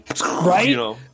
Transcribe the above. Right